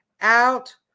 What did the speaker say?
out